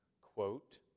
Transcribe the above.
quote